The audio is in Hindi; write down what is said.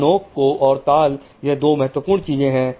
तो नोक और ताल यह दो महत्वपूर्ण चीजें हैं